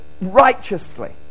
righteously